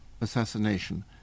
assassination